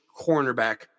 cornerback